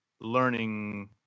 learning